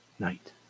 night